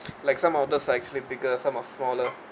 like some of those like actually bigger some are smaller